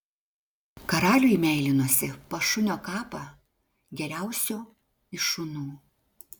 karaliui meilinosi pas šunio kapą geriausio iš šunų